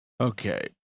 Okay